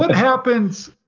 but happens